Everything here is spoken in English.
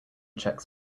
checks